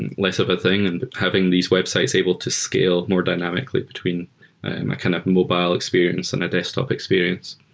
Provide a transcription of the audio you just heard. and less of a thing and having these websites able to scale more dynamically between kind of mobile experience and a desktop experience.